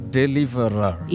deliverer